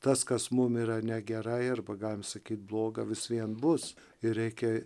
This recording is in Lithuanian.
tas kas mum yra negerai arba galim sakyt bloga vis vien bus ir reikia